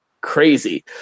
crazy